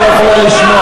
לא נכון.